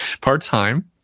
part-time